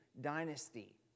dynasty